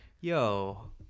yo